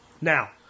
Now